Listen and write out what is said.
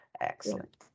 Excellent